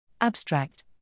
Abstract